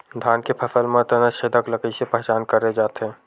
धान के फसल म तना छेदक ल कइसे पहचान करे जाथे?